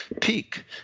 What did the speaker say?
peak